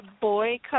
Boy